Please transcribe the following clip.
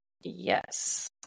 yes